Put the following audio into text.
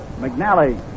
McNally